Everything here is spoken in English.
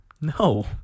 No